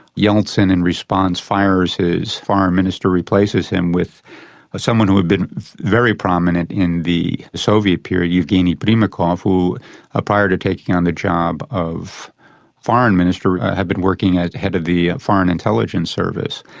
yeltsin in response fires his foreign minister, replaces him with someone who had been very prominent in the soviet period, yevgeny primakov, who ah prior to taking on the job of foreign minister had been working at head of the foreign intelligence service.